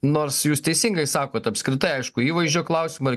nors jūs teisingai sakot apskritai aišku įvaizdžio klausimai ar